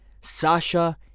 Sasha